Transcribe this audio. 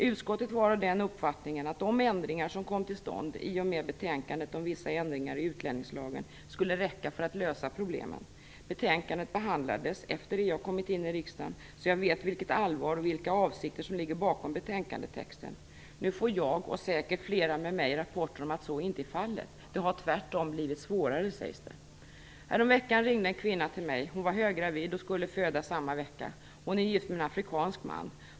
Utskottet var av den uppfattningen att de ändringar som kom till stånd i och med betänkandet om vissa ändringar i utlänningslagen skulle räcka för att lösa problemen. Betänkandet behandlades efter det att jag kommit in i riksdagen, så jag vet vilket allvar och vilka avsikter som ligger bakom betänkandetexten. Nu får jag - och säkert fler med mig - rapporter om att så inte är fallet. Det har tvärtom blivit svårare, sägs det. Härom veckan ringde en kvinna till mig. Hon var höggravid och skulle föda samma vecka. Hon är gift med en afrikansk man.